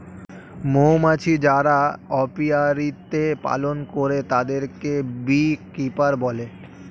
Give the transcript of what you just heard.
মৌমাছি যারা অপিয়ারীতে পালন করে তাদেরকে বী কিপার বলে